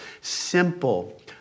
simple